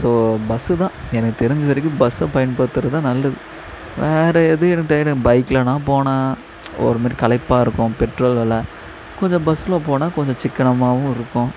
so bus தான் எனக்கு தெரிஞ்சவரைக்கும் பஸை பயன்படுத்துகிறதுதான் நல்லது வேற எதுவும் எனக்கு தேவைல்ல பைக்லலாம் போனால் ஒரு மாதிரி களைப்பாக இருக்கும் பெட்ரோல் வில கொஞ்சம் பஸில் போனால் கொஞ்சம் சிக்கனமாகவும் இருக்கும்